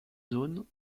zone